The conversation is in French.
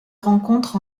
rencontre